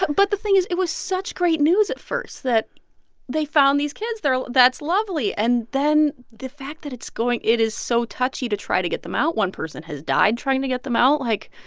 but but the thing is it was such great news at first that they found these kids. they're that's lovely. and then the fact that it's going it is so touchy to try to get them out one person has died trying to get them out, like.